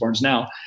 now